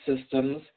systems